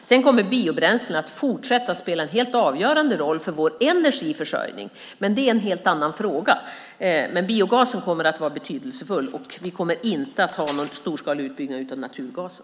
Biobränslen kommer fortsatt att spela en helt avgörande roll för vår energiförsörjning, men det är en helt annan fråga. Biogasen kommer att vara betydelsefull. Vi kommer inte att ha någon storskalig utbyggnad av naturgasen.